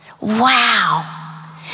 Wow